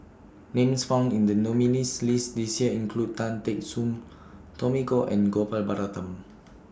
Names found in The nominees' list This Year include Tan Teck Soon Tommy Koh and Gopal Baratham